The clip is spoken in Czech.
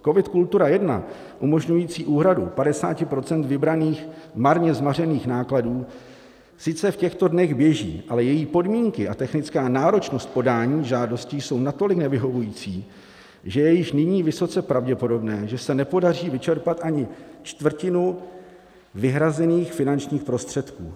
COVID Kultura I, umožňující úhradu 50 % vybraných marně zmařených nákladů, sice v těchto dnech běží, ale jeho podmínky a technická náročnost podání žádosti jsou natolik nevyhovující, že je již nyní vysoce pravděpodobné, že se nepodaří vyčerpat ani čtvrtinu vyhrazených finančních prostředků.